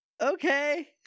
Okay